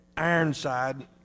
Ironside